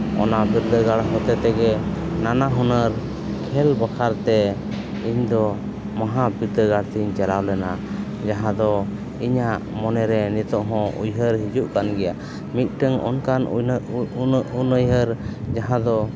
ᱚᱱᱟ ᱵᱤᱨᱫᱟᱹ ᱜᱟᱲ ᱦᱚᱛᱮ ᱛᱮᱜᱮ ᱱᱟᱱᱟ ᱦᱩᱱᱟᱹᱨ ᱠᱷᱮᱹᱞ ᱵᱟᱠᱷᱨᱟᱛᱮ ᱤᱧ ᱫᱚ ᱢᱚᱦᱟ ᱵᱤᱨᱫᱟᱹ ᱜᱟᱲ ᱛᱮᱧ ᱪᱟᱞᱟᱣ ᱞᱮᱱᱟ ᱡᱟᱦᱟᱸ ᱫᱚ ᱤᱧᱟᱹᱜ ᱢᱚᱱᱮ ᱨᱮ ᱱᱤᱛᱚᱜ ᱦᱚᱸ ᱩᱭᱦᱟᱹᱨ ᱦᱤᱡᱩᱜ ᱠᱟᱱ ᱜᱮᱭᱟ ᱢᱤᱫᱴᱟᱹᱱ ᱚᱱᱠᱟᱱ ᱩᱱᱟᱹᱜ ᱩᱱᱩᱭᱟᱦᱟᱹᱨ ᱡᱟᱦᱟᱸ ᱫᱚ